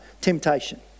temptation